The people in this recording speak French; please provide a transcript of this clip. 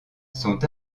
sont